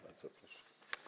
Bardzo proszę.